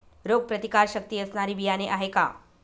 रोगप्रतिकारशक्ती असणारी बियाणे आहे का?